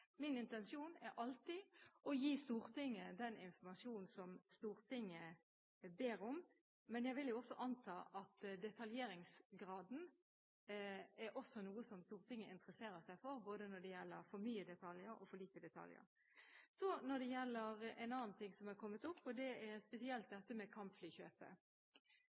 min intensjon er alltid å gi Stortinget den informasjonen det ber om. Men jeg vil anta at også detaljeringsgraden er noe Stortinget interesserer seg for, enten det er for mye eller for lite detaljer. En annen ting som har kommet opp, er kampflykjøpet. Vi anser det